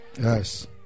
Yes